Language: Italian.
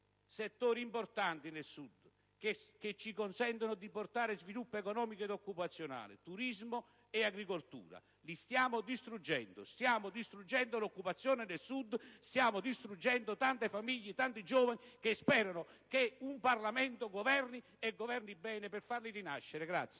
settori importanti nel Sud che ci consentono di portare sviluppo economico ed occupazionale: il turismo e l'agricoltura. Li stiamo distruggendo. Stiamo distruggendo l'occupazione nel Sud e tante famiglie e tanti giovani che sperano che un Parlamento governi, e bene, per farli rinascere.